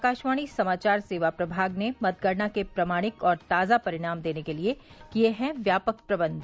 आकाशवाणी समाचार सेवा प्रभाग ने मतगणना के प्रमाणिक और ताजा परिणाम देने के लिए किए हैं व्यापक प्रबंध